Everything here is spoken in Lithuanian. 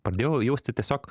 pradėjau jausti tiesiog